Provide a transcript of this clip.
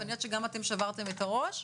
ואני יודעת שגם אתם שברתם את הראש.